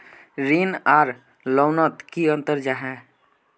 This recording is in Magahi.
ऋण आर लोन नोत की अंतर जाहा?